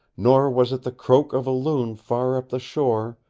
nor was it the croak of a loon far up the shore,